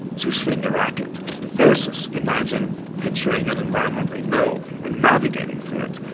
to swing the racquet, versus imagine picturing an environment they know and navigating through it.